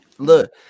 Look